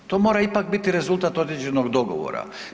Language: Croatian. To mora ipak biti rezultat određenog dogovora.